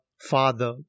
Father